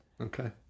Okay